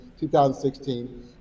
2016